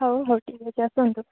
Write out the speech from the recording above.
ହଉ ହଉ ଠିକ୍ ଅଛି ଆସନ୍ତୁ